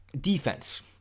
Defense